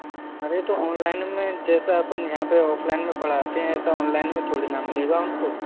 अरे तो ऑनलाइन में जैसा अपन यहाँ ऑफ़लाइन में पढ़ाते हैं ऐसा ऑनलाइन में थोड़ी ना मिलेगा उनको